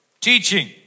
teaching